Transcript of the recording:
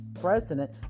president